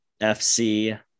FC